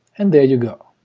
and there you go.